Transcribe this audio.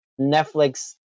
Netflix